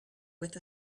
with